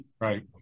Right